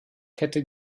kette